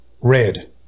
Red